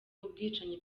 ubwicanyi